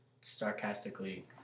sarcastically